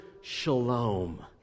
shalom